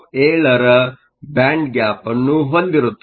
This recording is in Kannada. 67 ರ ಬ್ಯಾಂಡ್ ಗ್ಯಾಪ್ ಅನ್ನು ಹೊಂದಿರುತ್ತದೆ